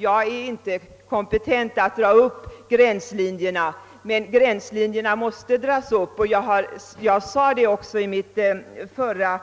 Jag är inte kompetent att dra upp gränslinjerna, men de måste dras upp. Jag sade också i mitt förra